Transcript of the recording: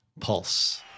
pulse